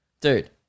Dude